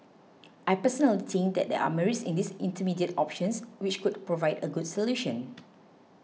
I personally think there are merits in these intermediate options which could provide a good solution